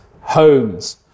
homes